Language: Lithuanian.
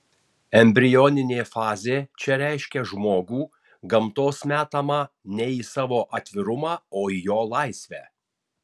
embrioninė fazė čia reiškia žmogų gamtos metamą ne į savo atvirumą o į jo laisvę